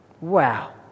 Wow